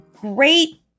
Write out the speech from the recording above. great